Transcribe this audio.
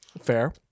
fair